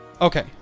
okay